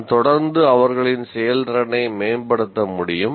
நான் தொடர்ந்து அவர்களின் செயல்திறனை மேம்படுத்த முடியும்